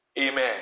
Amen